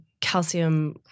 calcium